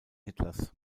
hitlers